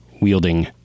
Wielding